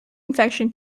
infection